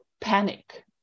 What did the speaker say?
panic